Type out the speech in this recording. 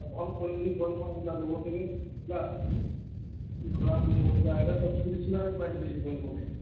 ଭଲ୍ କ୍ୱାଲିଟି କରିବ ଯେମତି ଲଗାଉଛନ୍ତି ହେଲା